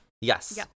Yes